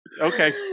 okay